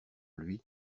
lui